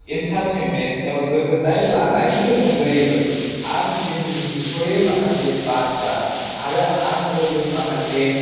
entertainment एबा गोजोननाय लानायनि अनगायैबो आं दिनै मिन्थिस'यै माखासे बाथ्रा आरो आं रोङै माखासे